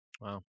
Wow